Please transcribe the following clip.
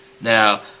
Now